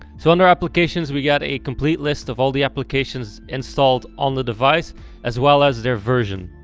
so under applications we got a complete list of all the applications installed on the device as well as their version.